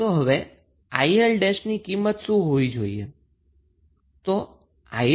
તો હવે 𝐼𝐿' ની કિંમત શું હોવું જોઈએ